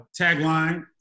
tagline